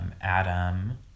adam